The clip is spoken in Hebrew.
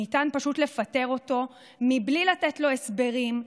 ניתן פשוט לפטר אותו בלי לתת לו הסברים,